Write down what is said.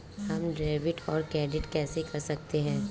हम डेबिटऔर क्रेडिट कैसे कर सकते हैं?